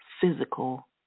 physical